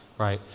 right?